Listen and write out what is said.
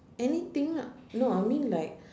anything lah no I mean like